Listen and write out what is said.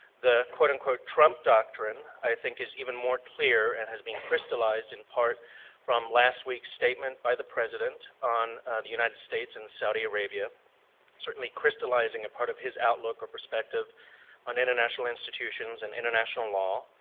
the quote unquote trump doctrine i think is even more clear and has been crystallized in part from last week's statement by the president on the united states and saudi arabia certainly crystallizing a part of his outlook or perspective on international institutions and international law.